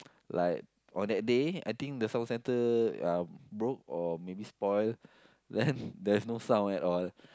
like on that day I think the sound sensor uh broke or maybe spoil then there's no sound at all